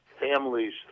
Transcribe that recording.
families